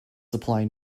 supply